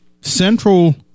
Central